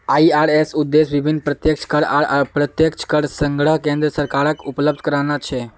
IRS उद्देश्य विभिन्न प्रत्यक्ष कर आर अप्रत्यक्ष करेर संग्रह केन्द्र सरकारक उपलब्ध कराना छे